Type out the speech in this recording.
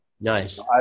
Nice